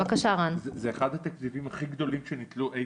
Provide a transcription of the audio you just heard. זה אחד התקציבים הכי גדולים שניתנו אי